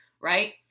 right